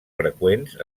freqüents